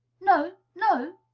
no, no!